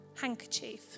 handkerchief